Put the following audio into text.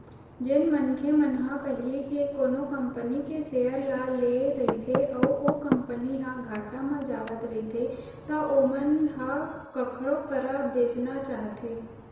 जेन मनखे मन ह पहिली ले कोनो कंपनी के सेयर ल लेए रहिथे अउ ओ कंपनी ह घाटा म जावत रहिथे त ओमन ह कखरो करा बेंचना चाहथे